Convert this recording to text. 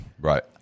right